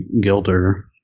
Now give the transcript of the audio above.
Gilder